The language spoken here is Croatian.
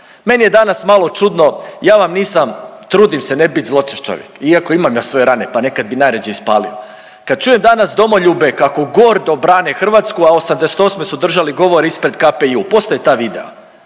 Meni je danas malo čudno, ja vam nisam trudim se ne bit zločest čovjek, iako imam ja svoje rane pa nekad bi najrađe ispalio. Kad čujem danas domoljube kako gordo brane Hrvatsku, a '88. su držali govor ispred KPJ-u. Postoje ta vide